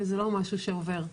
וזה לא משהו שעובר,